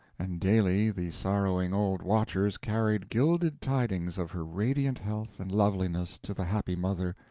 and daily the sorrowing old watchers carried gilded tidings of her radiant health and loveliness to the happy mother,